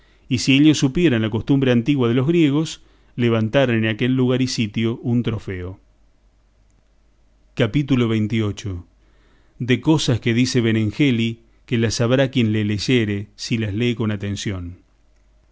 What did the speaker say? y si ellos supieran la costumbre antigua de los griegos levantaran en aquel lugar y sitio un trofeo capítulo xxviii de cosas que dice benengeli que las sabrá quien le leyere si las lee con atención